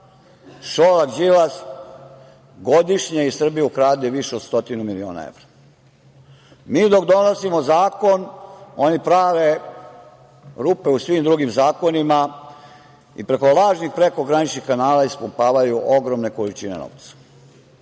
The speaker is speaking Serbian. Šolak, Đilas godišnje iz Srbije ukradu više od stotina miliona evra. Mi dok donosimo zakon oni prave rupe u svim drugim zakonima i preko lažnih i prekograničnih kanala ispumpavaju ogromne količine novca. Ja